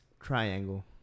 triangle